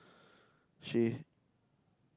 Chay